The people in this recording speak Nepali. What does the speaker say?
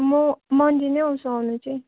म मन्डे नै आउँछु आउनु चाहिँ